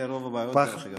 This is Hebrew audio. אלה רוב הבעיות שיש היום.